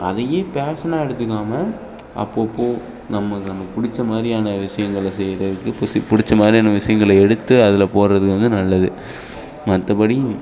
அதையே பேஷனாக எடுத்துக்காமல் அப்பப்போது நம்ம நமக்கு பிடிச்ச மாதிரியான விஷயங்கள செய்யறதுக்கு புசி பிடிச்ச மாதிரியான விஷயங்கள எடுத்து அதுல போடுறது வந்து நல்லது மற்றபடி